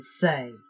say